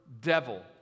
devil